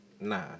Nah